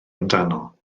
amdano